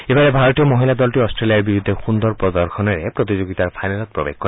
ইফালে ভাৰতীয় মহিলা দলটোৱে অট্টেলিয়াৰ বিৰুদ্ধে সুন্দৰ প্ৰদৰ্শনেৰে প্ৰতিযোগিতাৰ ফাইনেলত প্ৰৱেশ কৰে